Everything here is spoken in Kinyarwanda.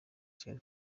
kigali